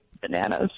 bananas